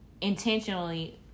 intentionally